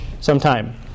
sometime